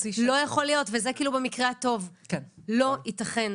לא יכול להיות, וזה כאילו במקרה הטוב, לא ייתכן.